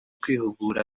kwihugura